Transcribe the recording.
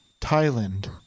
Thailand